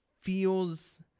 feels